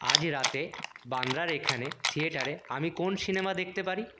আজ রাতে বান্দ্রার এখানে থিয়েটারে আমি কোন সিনেমা দেখতে পারি